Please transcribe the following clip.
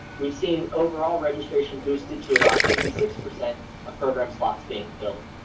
we've seen overall registration boosted to about fifty six percent of program slots being filled.